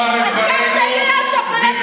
אתה לא יודע מה זאת דמוקרטיה.